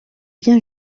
bien